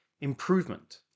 improvement